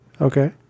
Okay